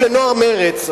אם לנוער מרצ,